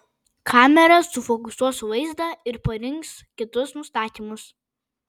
kamera sufokusuos vaizdą ir parinks kitus nustatymus